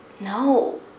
No